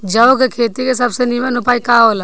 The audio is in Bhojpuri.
जौ के खेती के सबसे नीमन उपाय का हो ला?